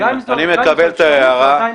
אני מקבל את ההערה.